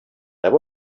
there